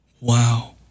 Wow